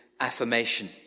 affirmation